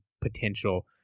potential